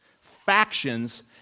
factions